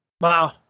Wow